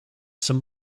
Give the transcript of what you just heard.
some